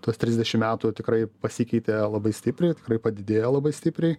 tuos trisdešim metų tikrai pasikeitė labai stipriai tikrai padidėjo labai stipriai